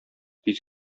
тиз